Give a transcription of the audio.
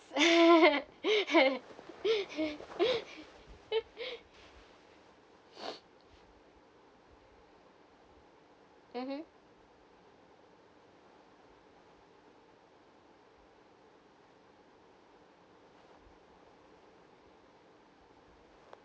mmhmm